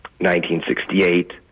1968